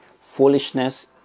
foolishness